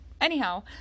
Anyhow